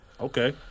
Okay